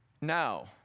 Now